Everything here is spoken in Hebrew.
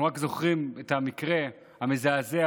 אנחנו רק זוכרים את המקרה המזעזע